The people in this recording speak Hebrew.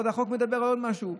החוק מדבר על עוד משהו: